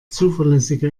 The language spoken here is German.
zuverlässige